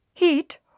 Heat